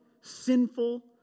sinful